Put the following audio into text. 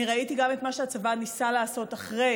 אני גם ראיתי מה הצבא ניסה לעשות אחרי